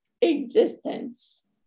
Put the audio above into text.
existence